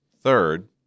Third